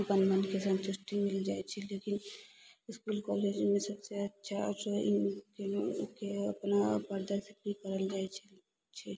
अपन मनके सन्तुष्टि मिल जाइ छै लेकिन इसकुल कॉलेजमे सबसँ अच्छा चुनय लेल अपना प्रदर्शित भी करल जाइ छलय छै